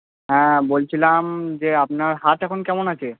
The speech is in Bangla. হ্যাঁ বলছিলাম যে আপনার হাত এখন কেমন আছে